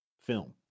film